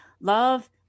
love